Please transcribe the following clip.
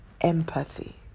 empathy